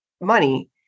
money